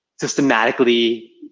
systematically